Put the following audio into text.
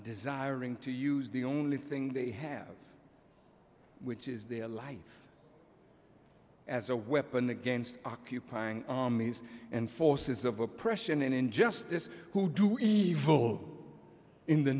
desiring to use the only thing they have which is their life as a weapon against occupying armies and forces of oppression and injustice who do evil in the